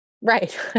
Right